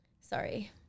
Sorry